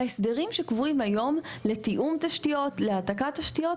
ההסדרים שקבועים היום לתיאום תשתיות ולהעתקת תשתיות,